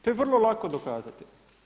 To je vrlo lako dokazati.